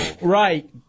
Right